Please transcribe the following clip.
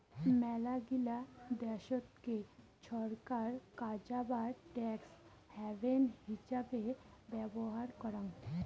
মেলাগিলা দেশতকে ছরকার কাজা বা ট্যাক্স হ্যাভেন হিচাবে ব্যবহার করং